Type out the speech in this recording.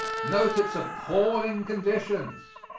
note its appalling conditions.